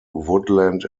woodland